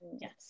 yes